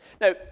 Now